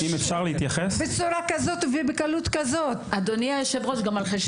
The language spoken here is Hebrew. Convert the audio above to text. אז אני רק אומר על הנושא של